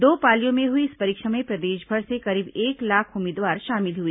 दो पालियों में हुई इस परीक्षा में प्रदेशभर से करीब एक लाख उम्मीदवार शामिल हुए